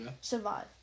survive